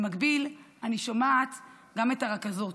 במקביל, אני שומעת גם את הרכזות,